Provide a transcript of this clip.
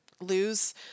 Lose